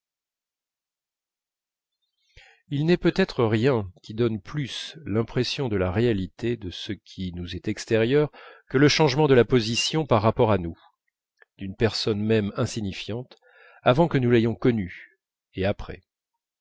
il n'est peut-être rien qui donne plus l'impression de la réalité de ce qui nous est extérieur que le changement de la position par rapport à nous d'une personne même insignifiante avant que nous l'ayons connue et après